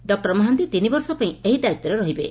ଡ ମହାନ୍ତି ତିନିବର୍ଷ ପାଇଁ ଏହି ଦାୟିତ୍ୱରେ ରହିବେ